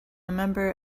member